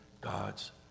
God's